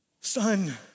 Son